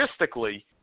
logistically